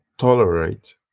tolerate